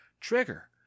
Trigger